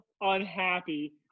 unhappy